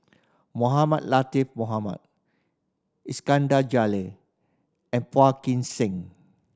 Mohamed Latiff Mohamed Iskandar Jalil and Phua Kin Siang